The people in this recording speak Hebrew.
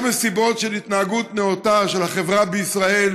מסיבות של התנהגות נאותה של החברה בישראל,